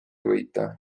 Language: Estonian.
võita